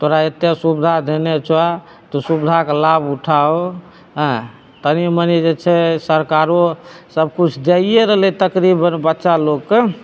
तोरा एतेक सुबिधा देने छौ तु सुबिधाके लाभ उठाहो एँ कनी मनी जे छै सरकारो सब किछु दैये रहलै तकरीबन बच्चालोगके